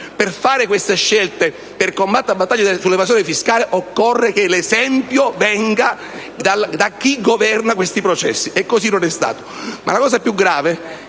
Per fare simili scelte, per combattere la battaglia all'evasione fiscale occorre che l'esempio venga da chi governa questi processi, ma così non è stato. Ma la cosa più grave